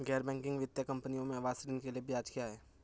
गैर बैंकिंग वित्तीय कंपनियों में आवास ऋण के लिए ब्याज क्या है?